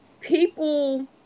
people